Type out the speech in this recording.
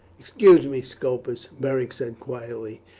excuse me, scopus, beric said quietly,